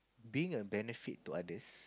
being a benefit to others